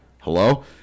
hello